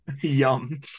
Yum